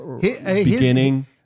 beginning